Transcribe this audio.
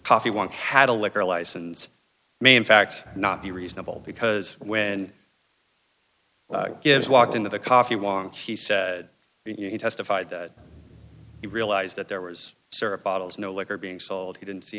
coffee want had a liquor license may in fact not be reasonable because when gibbs walked into the coffee long he said he testified that he realized that there was sort of bottles no liquor being sold he